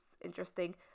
interesting